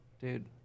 dude